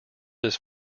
his